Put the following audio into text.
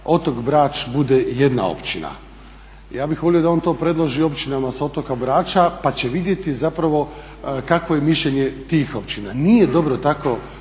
otok Brač bude jedna općina. Ja bih volio da on to predloži općinama sa otoka Brača pa će vidjeti kakvo je mišljenje tih općina. Nije dobro na